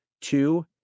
Two